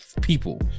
people